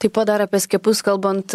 taip pat dar apie skiepus kalbant